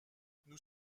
nous